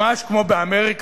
ממש כמו באמריקה.